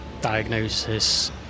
diagnosis